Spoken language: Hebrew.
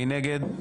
מי נגד?